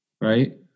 right